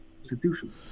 constitution